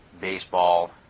Baseball